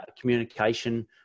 communication